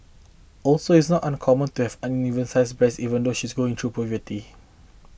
also it's not uncommon to have unevenly sized breasts even though she is going through puberty